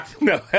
no